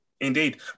Indeed